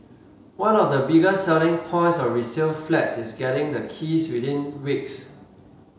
one of the biggest selling points of resale flats is getting the keys within weeks